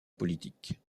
politique